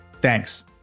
Thanks